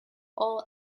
all